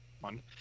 one